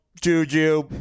Juju